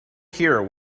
here